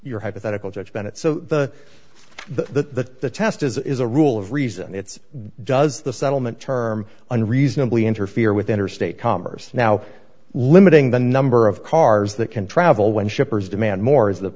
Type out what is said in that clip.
your hypothetical judge bennett so the the test is a rule of reason it's does the settlement term unreasonably interfere with interstate commerce now limiting the number of cars that can travel when shippers demand more is the